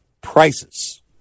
prices